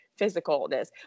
physicalness